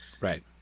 Right